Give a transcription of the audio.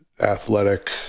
athletic